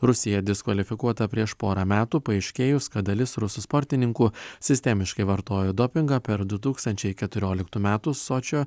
rusija diskvalifikuota prieš porą metų paaiškėjus kad dalis rusų sportininkų sistemiškai vartojo dopingą per du tūkstančiai keturioliktų metų sočio